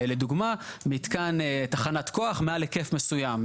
לדוגמה מתקן תחנת כוח מעל היקף מסוים.